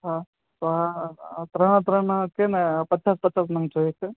હા હા ત્રણે ત્રણના છેને પચાસ પચાસ નંગ જોઈએ છે